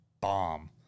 bomb